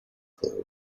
clue